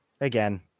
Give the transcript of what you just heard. again